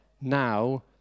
now